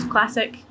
Classic